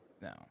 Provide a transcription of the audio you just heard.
No